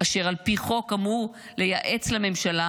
אשר על פי חוק אמור לייעץ לממשלה,